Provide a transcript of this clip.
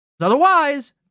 Otherwise